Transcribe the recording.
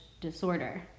disorder